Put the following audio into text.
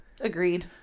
agreed